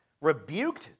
rebuked